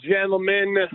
gentlemen